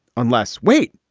unless. wait,